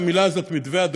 המילה "מתווה",